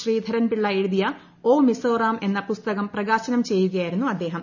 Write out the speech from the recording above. ശ്രീധരൻ പിള്ള എഴുതിയ ഓ മിസോറാം എന്ന പുസ്തകം പ്രകാശനം ചെയ്യുകയായിരുന്നു അദ്ദേഹം